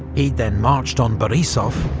he'd then marched on borisov,